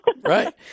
Right